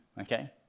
okay